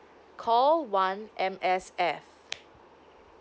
call one M_S_F